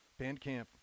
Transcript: Bandcamp